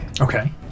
Okay